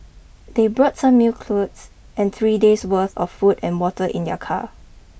they brought some new clothes and three days worth of food and water in their car